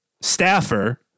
staffer